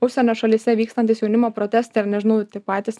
užsienio šalyse vykstantys jaunimo protestai ar nežinau tie patys